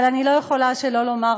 אבל אני לא יכולה שלא לומר,